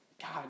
God